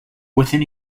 within